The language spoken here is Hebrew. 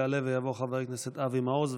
יעלה ויבוא חבר הכנסת אבי מעוז,